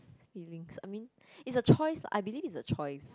feeling I mean is a choice I believe is a choice